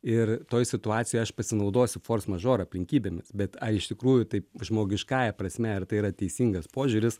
ir toj situacijoj aš pasinaudosiu fors mažor aplinkybėmis bet ar iš tikrųjų tai žmogiškąja prasme ar tai yra teisingas požiūris